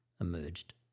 emerged